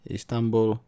Istanbul